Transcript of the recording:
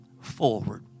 forward